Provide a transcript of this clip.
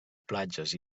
platges